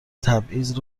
تبعیض